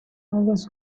always